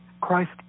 Christ